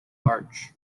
arch